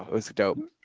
it was dope.